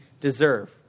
deserve